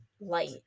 light